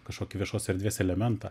kažkokį viešos erdvės elementą